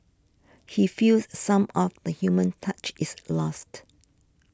he feels some of the human touch is lost